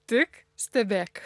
tik stebėk